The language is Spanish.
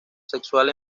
sexual